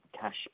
cash